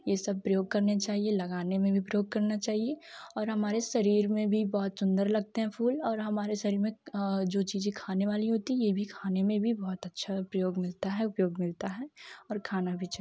यह सब प्रयोग करने चाहिए लगाने में भी प्रयोग करना चाहिए और हमारे शरीर में भी बहुत सुंदर लगते हैं फूल और हमारे शरीर में जो चीज़ों खाने वाली होती है यह भी खाने में भी बहुत अच्छा प्रयोग मिलता है उपयोग मिलता है और खाना भी चाहिए